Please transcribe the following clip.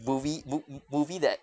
movie mo~ mo~ movie that